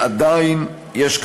עדיין יש,